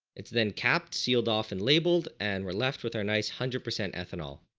it's then capped, sealed off and labeled and were left with our nice hundred percent ethanol.